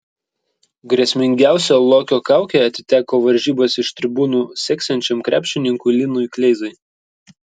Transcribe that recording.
grėsmingiausia lokio kaukė atiteko varžybas iš tribūnų seksiančiam krepšininkui linui kleizai